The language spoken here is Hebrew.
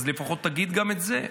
אז לפחות תגיד גם את זה.